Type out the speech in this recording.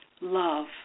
love